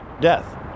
death